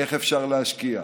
איך אפשר להשקיע,